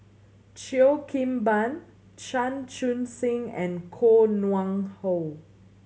Cheo Kim Ban Chan Chun Sing and Koh Nguang How